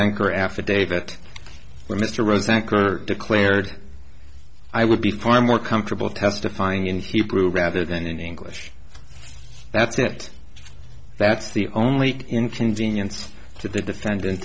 anchor affidavit where mr rosenker declared i would be far more comfortable testifying in hebrew rather than english that's it that's the only inconvenience to the defendant